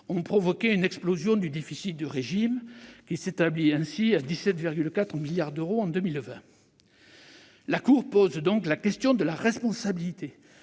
ont provoqué une explosion du déficit du régime, qui s'est ainsi établi à 17,4 milliards d'euros en 2020. La Cour pose donc la question de la responsabilité